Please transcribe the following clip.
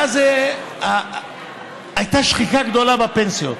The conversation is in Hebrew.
ואז הייתה שחיקה גדולה בפנסיות.